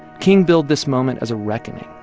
king billed this moment as a reckoning,